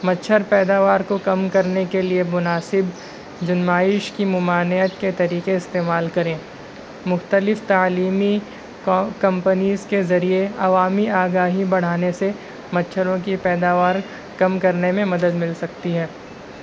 مچھر پیداوار کو کم کرنے کے لیے مناسب کی ممانعت کے طریقے استعمال کریں مختلف تعلیمی کمپنیز کے ذریعے عوامی آگاہی بڑھانے سے مچھروں کی پیداوار کم کرنے میں مدد مل سکتی ہے